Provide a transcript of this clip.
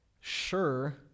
Sure